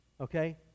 Okay